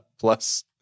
plus